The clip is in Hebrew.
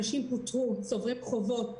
אנשים פוטרו, צוברים חובות.